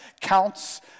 Count's